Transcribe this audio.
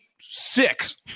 six